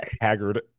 Haggard